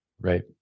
Right